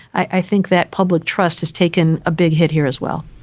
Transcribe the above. i think that public trust has taken a big hit here as well